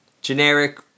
generic